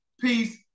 peace